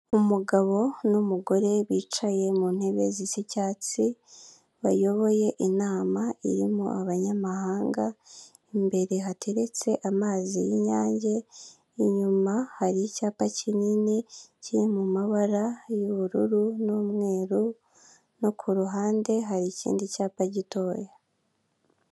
Umugabo n'umugore bicaye mu ntebe zisa icyatsi, bayoboye inama irimo abanyamahanga, imbere hateretse amazi y'inyange, inyuma hari icyapa kinini kiri mu mabara y'ubururu n'umweru no ku ruhande hari ikindi cyapa gitoya.